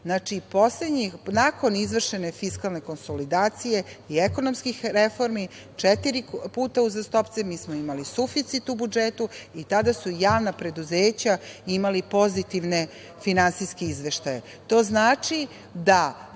Srbije. Znači, nakon izvršene fiskalne konsolidacije i ekonomskih reformi, četiri puta uzastopce mi smo imali suficit u budžetu i tada su javna preduzeća imala pozitivne finansijske izveštaje.